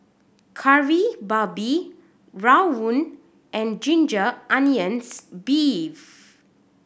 Kari Babi rawon and ginger onions beef